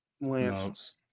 Lance